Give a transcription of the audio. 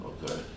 Okay